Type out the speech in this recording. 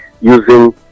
using